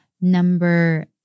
Number